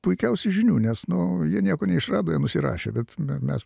puikiausių žinių nes nu jie nieko neišrado jie nusirašė bet m mes